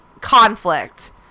conflict